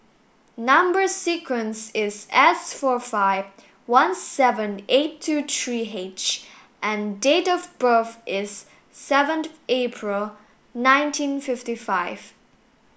number sequence is S four five one seven eight two three H and date of birth is seven April nineteen fifty five